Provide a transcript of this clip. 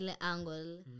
angle